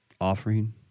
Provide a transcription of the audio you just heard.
offering